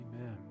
Amen